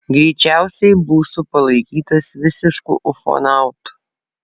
greičiausiai būsiu palaikytas visišku ufonautu